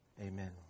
Amen